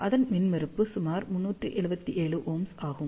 அதன் மின்மறுப்பு சுமார் 377Ω ஆகும்